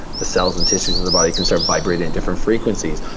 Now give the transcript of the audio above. the cells and tissues of the body can start vibrating at different frequencies,